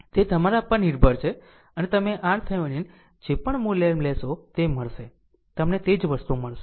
તે તમારા પર નિર્ભર છે અને તમે RThevenin જે પણ મૂલ્ય લેશો તે મળશે તમને તે જ વસ્તુ મળશે